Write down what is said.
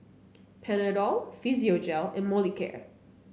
Panadol Physiogel and Molicare